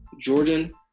Jordan